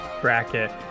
bracket